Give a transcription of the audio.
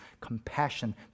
compassion